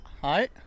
hi